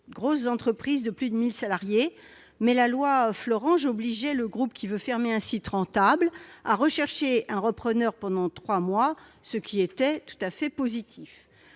grosses entreprises, de plus de 1 000 salariés, mais cette loi obligeait les groupes voulant fermer un site rentable à rechercher un repreneur pendant trois mois, ce qui était tout à fait positif.